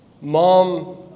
Mom